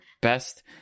best